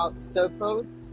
circles